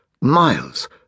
Miles